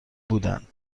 بودن